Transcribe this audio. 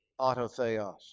autotheos